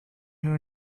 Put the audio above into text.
who